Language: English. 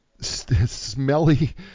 smelly